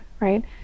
right